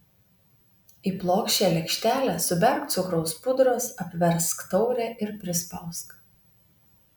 į plokščią lėkštelę suberk cukraus pudros apversk taurę ir prispausk